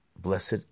Blessed